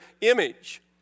image